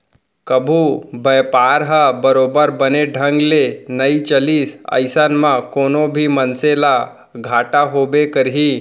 कभू बयपार ह बरोबर बने ढंग ले नइ चलिस अइसन म कोनो भी मनसे ल घाटा होबे करही